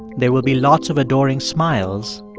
there will be lots of adoring smiles